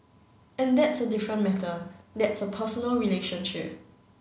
and that's a different matter that's a personal relationship